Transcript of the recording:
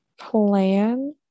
Plan